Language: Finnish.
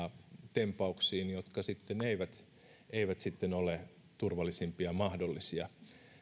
tempauksiin jotka sitten eivät ole turvallisimpia mahdollisia